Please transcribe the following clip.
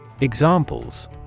Examples